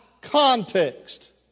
context